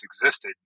existed